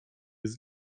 jest